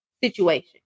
Situation